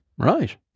Right